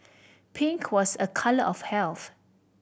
pink was a colour of health